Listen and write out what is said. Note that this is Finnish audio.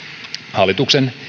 hallituksen